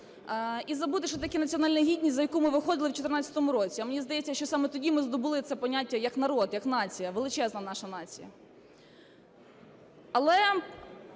і забути, що таке національна гідність, за яку ми виходили в 14-му році. А мені здається, що саме тоді ми здобули це поняття як народ, як нація, величезна наша нація. Але